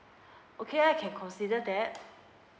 okay I can consider that